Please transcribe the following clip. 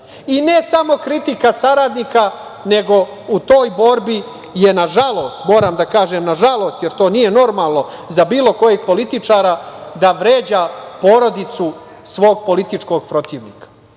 i ne samo kritika saradnika, nego u toj borbi je nažalost, moram da kažem nažalost, jer to nije normalno za bilo kojeg političara da vređa porodicu svog političkog protivnika. To